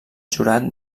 jurat